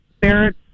barrett